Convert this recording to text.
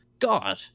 God